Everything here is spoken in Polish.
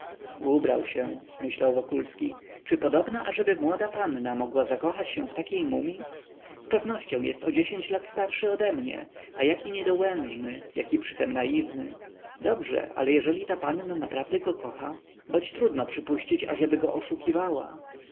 ubrał się myślał wokulski czy podobna ażeby młoda panna mogła zakochać się w takiej mumii zpewnością jest o dziesięć lat starszy odemnie a jaki niedołężny jaki przytem naiwny dobrze ale jeżeli ta panna naprawdę go kocha boć trudno przypuścić ażeby go oszukiwała